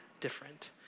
different